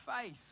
faith